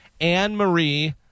Anne-Marie